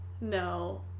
no